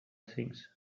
things